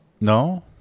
No